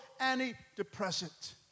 antidepressant